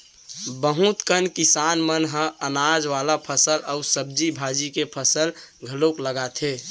बहुत कन किसान मन ह अनाज वाला फसल अउ सब्जी भाजी के फसल घलोक लगाथे